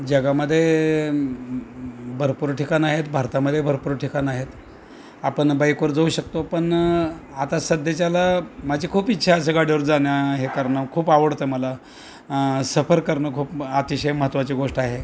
जगामध्ये भरपूर ठिकाणं आहेत भारतामध्ये भरपूर ठिकाणं आहेत आपण बाईकवर जाऊ शकतो पण आता सध्या माझी खूप इच्छा असं गाडीवर जाणं हे करणं खूप आवडतं मला सफर करणं खूप अतिशय महत्त्वाची गोष्ट आहे